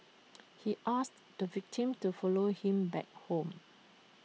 he asked the victim to follow him back home